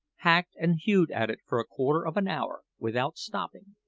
hacked and hewed at it for a quarter of an hour without stopping.